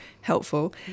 helpful